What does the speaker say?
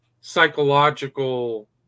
psychological